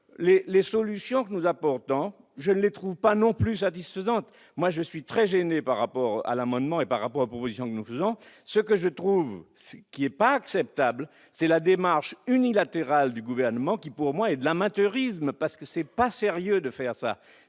les solutions que nous apportons, je ne les trouve pas non plus satisfaisante, moi je suis très gêné par rapport à l'amendement et par rapport aux positions que nous faisons ce que je trouve qu'il est pas acceptable, c'est la démarche unilatérale du gouvernement qui pour moi est de l'amateurisme parce que c'est pas sérieux de faire ça,